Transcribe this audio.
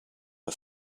are